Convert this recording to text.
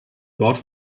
dort